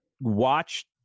watch